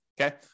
okay